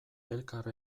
elkar